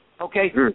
Okay